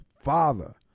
father